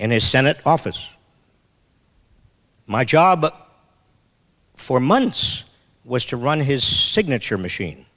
and his senate office my job for months was to run his signature machine